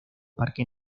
parque